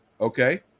Okay